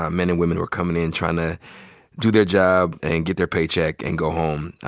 ah men and women who are comin' in tryin' to do their job and get their paycheck and go home.